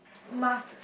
mask